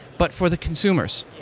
but for the consumers.